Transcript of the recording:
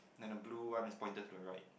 and the blue one is pointed to the right